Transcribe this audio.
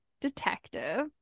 detective